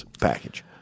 package